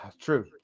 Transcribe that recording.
true